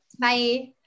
Bye